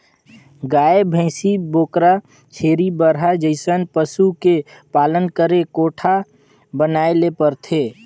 गाय, भइसी, बोकरा, छेरी, बरहा जइसन पसु के पालन करे कोठा बनाये ले परथे